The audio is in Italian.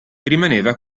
rimaneva